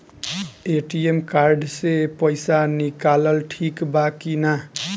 ATM card से पईसा निकालल ठीक बा की ना?